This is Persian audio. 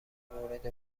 مورد